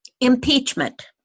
impeachment